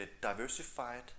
diversified